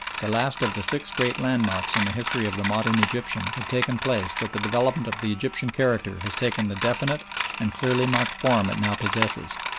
the last of the six great landmarks in the history of the modern egyptian, had taken place that the development of the egyptian character has taken the definite and clearly marked form it now possesses.